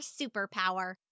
superpower